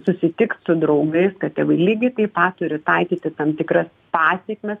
susitikt su draugais kad ten lygiai taip pat turi taikyti tam tikras pasekmes